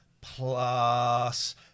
plus